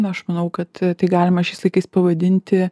na aš manau kad tai galima šiais laikais pavadinti